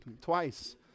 twice